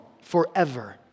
forever